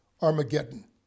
Armageddon